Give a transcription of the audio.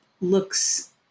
looks